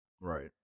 right